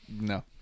No